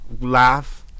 laugh